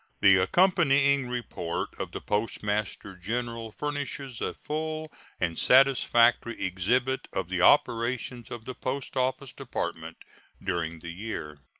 the accompanying report of the postmaster-general furnishes a full and satisfactory exhibit of the operations of the post-office department during the year.